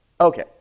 okay